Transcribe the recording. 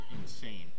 insane